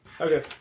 Okay